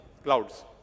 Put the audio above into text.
clouds